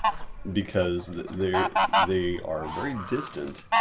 because they are they are very distant.